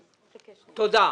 תודה.